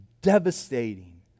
devastating